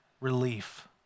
relief